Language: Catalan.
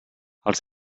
els